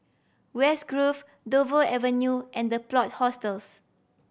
West Grove Dover Avenue and The Plot Hostels